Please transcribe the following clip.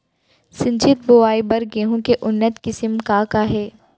सिंचित बोआई बर गेहूँ के उन्नत किसिम का का हे??